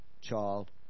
child